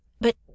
But